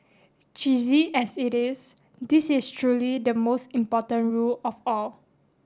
cheesy as it is this is truly the most important rule of all